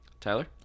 Tyler